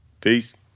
Peace